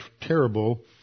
terrible